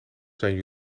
zijn